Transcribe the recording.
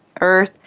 Earth